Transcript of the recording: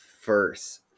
first